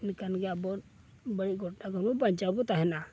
ᱤᱱᱟᱹᱠᱷᱟᱱ ᱜᱮ ᱟᱵᱚ ᱵᱟᱹᱲᱤᱡ ᱜᱚᱴᱷᱚᱱᱟ ᱠᱷᱚᱱ ᱵᱚᱱ ᱵᱟᱧᱪᱟᱣ ᱵᱚᱱ ᱛᱟᱦᱮᱱᱟ